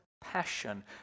passion